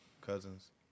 cousins